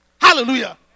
Hallelujah